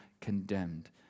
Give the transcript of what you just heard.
condemned